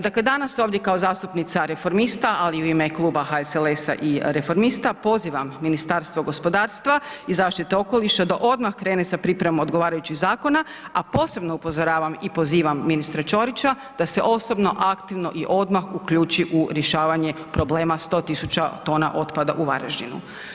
Dakle, danas ovdje kao zastupnica reformista, ali i u ime Kluba HSLS-a i reformista, pozivam Ministarstvo gospodarstva i zaštite okoliša da odmah krene sa pripremom odgovarajućih zakona, a posebno upozoravam i pozivam ministra Ćorića, da se osobno aktivno i odmah uključi u rješavanje problema 100 tisuća tona otpada u Varaždinu.